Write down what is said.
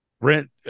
Brent